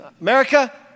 America